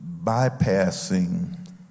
bypassing